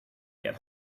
get